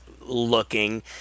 looking